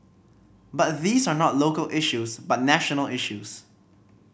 but these are not local issues but national issues